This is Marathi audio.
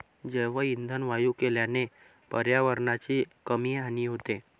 जैवइंधन वायू केल्याने पर्यावरणाची कमी हानी होते